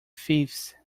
thieves